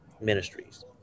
Ministries